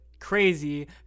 crazy